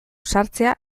sartzea